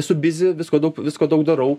esu bizi visko daug visko daug darau